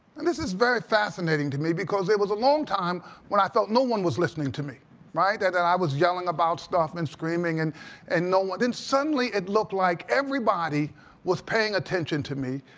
and this is very fascinating to me, because it was a long time when i felt no one was listening to me right? and i was yelling about stuff and screaming, and and no one then suddenly it looked like everybody was paying attention to me.